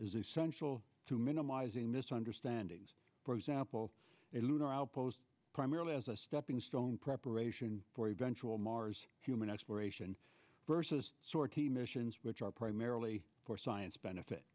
is essential to minimizing misunderstandings for example a lunar outpost primarily as a stepping stone preparation for eventual mars human exploration versus the missions which are primarily for science benefit